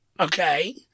Okay